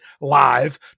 live